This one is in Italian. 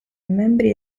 membri